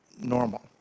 normal